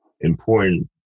important